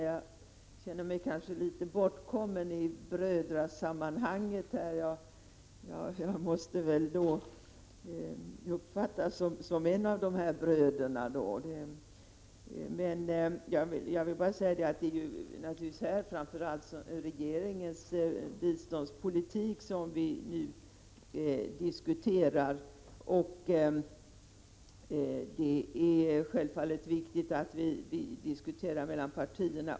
Jag känner mig kanske litet bortkommen i brödrasammanhanget. Jag måste väl uppfattas som en av de här bröderna. Det är naturligtvis framför allt regeringens biståndspolitik som vi nu diskuterar. Det är självfallet viktigt att vi också diskuterar mellan partierna.